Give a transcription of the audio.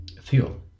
fuel